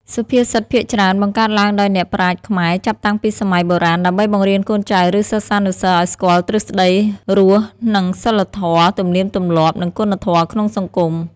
សុភាសិតភាគច្រើនបង្កើតឡើងដោយអ្នកប្រាជ្ញខ្មែរចាប់តាំងពីសម័យបុរាណដើម្បីបង្រៀនកូនចៅឬសិស្សានុសិស្សឲ្យស្គាល់ទ្រឹស្តីរស់នៅសីលធម៌ទំនៀមទម្លាប់និងគុណធម៌ក្នុងសង្គម។